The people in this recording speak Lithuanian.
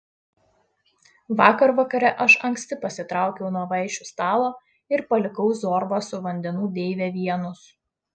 vakar vakare aš anksti pasitraukiau nuo vaišių stalo ir palikau zorbą su vandenų deive vienus